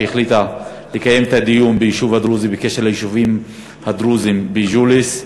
שהחליטה לקיים ביישוב הדרוזי את הדיון בקשר ליישובים הדרוזיים בג'וליס,